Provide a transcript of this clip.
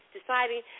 deciding